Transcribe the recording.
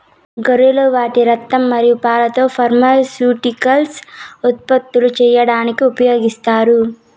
గొర్రెలు వాటి రక్తం మరియు పాలతో ఫార్మాస్యూటికల్స్ ఉత్పత్తులు చేయడానికి ఉపయోగిస్తారు